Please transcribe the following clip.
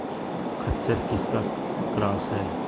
खच्चर किसका क्रास है?